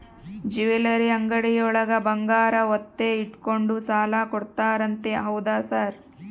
Jewellery ಅಂಗಡಿಯೊಳಗ ಬಂಗಾರ ಒತ್ತೆ ಇಟ್ಕೊಂಡು ಸಾಲ ಕೊಡ್ತಾರಂತೆ ಹೌದಾ ಸರ್?